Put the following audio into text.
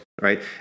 Right